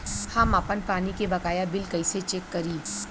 हम आपन पानी के बकाया बिल कईसे चेक करी?